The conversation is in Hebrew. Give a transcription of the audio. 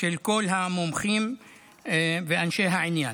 של כל המומחים ואנשי העניין.